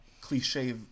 cliche